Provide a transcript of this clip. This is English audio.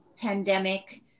pandemic